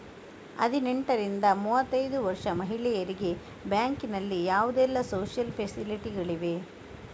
ಹದಿನೆಂಟರಿಂದ ಮೂವತ್ತೈದು ವರ್ಷ ಮಹಿಳೆಯರಿಗೆ ಬ್ಯಾಂಕಿನಲ್ಲಿ ಯಾವುದೆಲ್ಲ ಸೋಶಿಯಲ್ ಫೆಸಿಲಿಟಿ ಗಳಿವೆ?